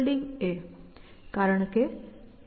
કારણ કે તે અસર છે